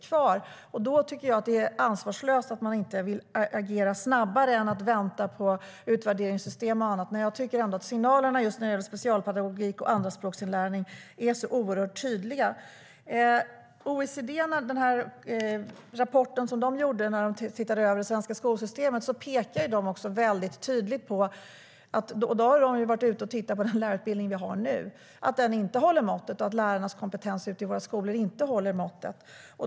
Jag tycker att det är ansvarslöst att man inte vill agera snabbare utan vill vänta på utvärderingssystem och annat. Signalerna just när det gäller specialpedagogik och andraspråksinlärning är oerhört tydliga, tycker jag. OECD:s rapport från när de såg över det svenska skolsystemet pekar på att den lärarutbildning som vi har nu och lärarnas kompetens ute i våra skolor inte håller måttet.